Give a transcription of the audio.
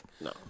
No